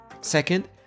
Second